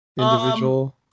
individual